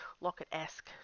locket-esque